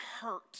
hurt